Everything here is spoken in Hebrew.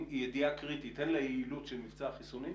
היא ידיעה קריטי הן ליעילות של מבצע החיסונים,